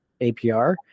apr